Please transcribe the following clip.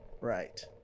Right